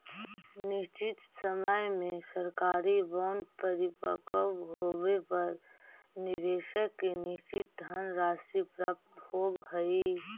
निश्चित समय में सरकारी बॉन्ड परिपक्व होवे पर निवेशक के निश्चित धनराशि प्राप्त होवऽ हइ